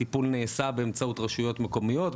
טיפול נעשה באמצעות רשויות מקומיות,